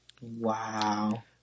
Wow